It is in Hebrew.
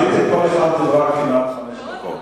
עליתן פה ודיברתן חמש דקות.